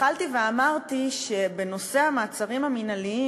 התחלתי ואמרתי שבנושא המעצרים המינהליים,